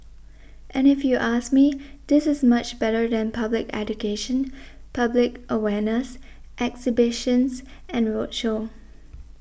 and if you ask me this is much better than public education public awareness exhibitions and roadshow